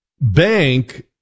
bank